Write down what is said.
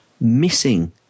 missing